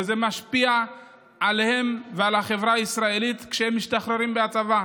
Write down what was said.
וזה משפיע עליהם ועל החברה הישראלית כשהם משתחררים מהצבא.